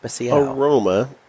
Aroma